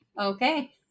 Okay